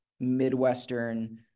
Midwestern